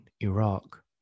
Iraq